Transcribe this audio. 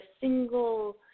single